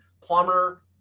plumber